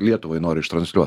lietuvai nori ištransliuot